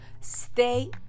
Stay